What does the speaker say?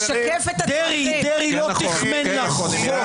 דרעי לא תחמן לך חוק.